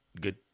good